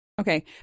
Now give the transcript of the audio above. Okay